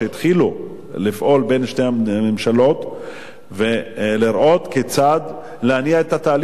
כשהתחילו לפעול בין שתי הממשלות ולראות כיצד להניע את התהליך,